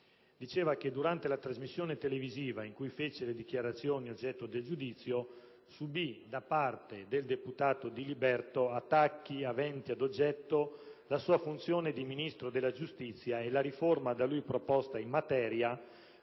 afferma che durante la trasmissione televisiva in cui fece le dichiarazioni oggetto del giudizio subì, da parte del deputato Diliberto, attacchi aventi ad oggetto la sua funzione di Ministro della giustizia e la riforma da lui proposta in materia,